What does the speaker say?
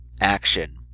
action